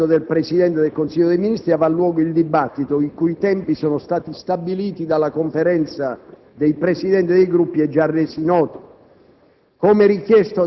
dopo l'intervento del Presidente del Consiglio dei ministri, avrà luogo il dibattito, i cui tempi sono stati stabiliti dalla Conferenza dei Presidenti dei Gruppi parlamentari e già resi noti.